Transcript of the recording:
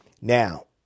Now